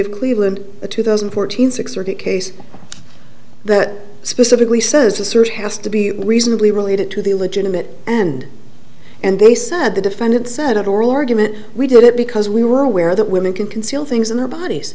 of cleveland a two thousand and fourteen six thirty case that specifically says a search has to be reasonably related to the legitimate and and they said the defendant said at oral argument we did it because we were aware that women can conceal things in our bodies